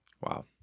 Wow